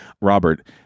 Robert